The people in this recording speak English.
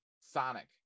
Sonic